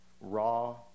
raw